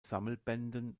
sammelbänden